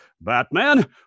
Batman